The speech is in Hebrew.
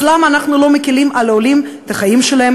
אז למה אנחנו לא מקילים על העולים את החיים שלהם